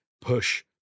push